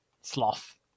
sloth